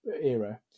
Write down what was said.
era